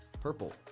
Purple